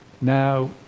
Now